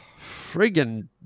Friggin